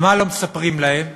ומה לא מספרים להם?